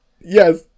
Yes